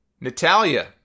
Natalia